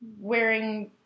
wearing